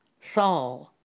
Saul